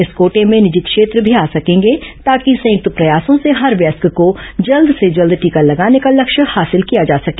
इस कोटे में निजी क्षेत्र भी आ सकेंगे ताकि संयुक्त प्रयासों से हर वयस्क को जल्द से जल्द टीका लगाने का लक्ष्य हासिल किया सके